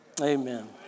Amen